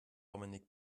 dominik